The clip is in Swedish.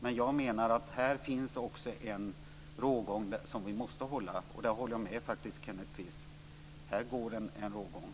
Men jag menar att här finns också en rågång som vi måste hålla. På den punkten håller jag med Kenneth Kvist. Här går en rågång.